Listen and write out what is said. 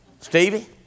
Stevie